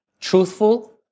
truthful